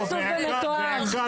סדרנים, להוציא אותו מהאולם.